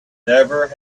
never